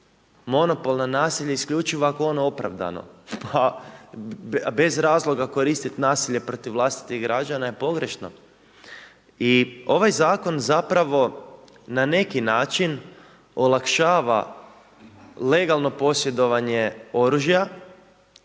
monopol na nasilje isključivo ako je ono opravdano, a bez razloga koristit nasilje protiv vlastitih građana je pogrešno i ovaj zakon zapravo na neki način olakšava legalno posjedovanje oružja